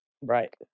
Right